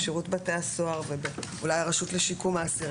בשירות בתי הסוהר ואולי הרשות לשיקום האסיר